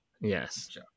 Yes